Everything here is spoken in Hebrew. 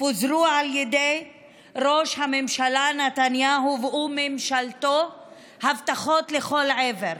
פוזרו על ידי ראש הממשלה נתניהו וממשלתו הבטחות לכל עבר,